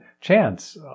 chance